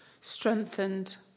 strengthened